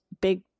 big